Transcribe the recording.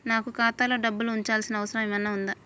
నాకు ఖాతాలో డబ్బులు ఉంచాల్సిన అవసరం ఏమన్నా ఉందా?